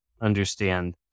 understand